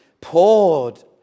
poured